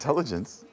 Intelligence